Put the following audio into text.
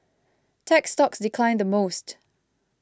tech stocks declined the most